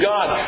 God